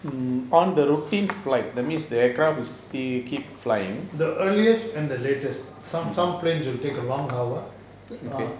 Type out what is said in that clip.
the earliest and the latest some some planes will take a long hour ah